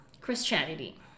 christianity